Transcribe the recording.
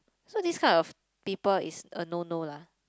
so this type of people is a no no lah